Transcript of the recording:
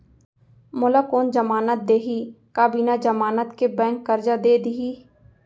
मोला कोन जमानत देहि का बिना जमानत के बैंक करजा दे दिही?